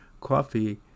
Coffee